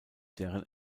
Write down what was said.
deren